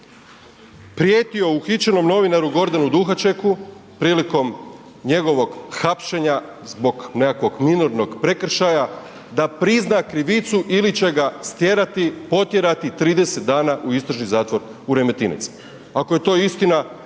prijetio uhićenom novinaru Gordanu Duhačeku prilikom njegovog hapšenja zbog nekakvog minornog prekršaja da prizna krivicu ili će ga stjerati, potjerati 30 dana u istražni zatvor u Remetinec. Ako je to istina,